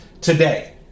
today